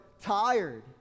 tired